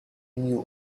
knew